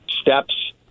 steps